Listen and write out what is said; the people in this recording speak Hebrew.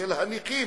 ושל הנכים,